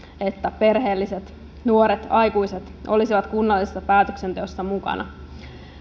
että perheelliset nuoret aikuiset olisivat kunnallisessa päätöksenteossa mukana